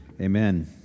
Amen